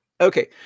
Okay